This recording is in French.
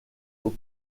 aux